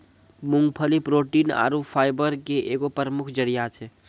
मूंगफली प्रोटीन आरु फाइबर के एगो प्रमुख जरिया छै